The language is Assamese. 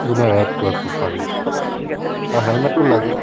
যোনে ৰাইড কৰে প্ৰপাৰলি আৰু হেলমেটটো লাগে